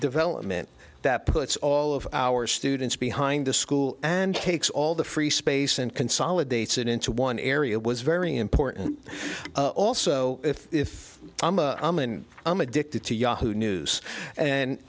development that puts all of our students behind the school and takes all the free space and consolidates it into one area was very important also if i'm a woman i'm addicted to yahoo news